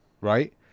right